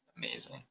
Amazing